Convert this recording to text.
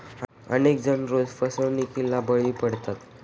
अनेक जण रोज फसवणुकीला बळी पडतात